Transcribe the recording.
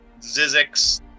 Zizix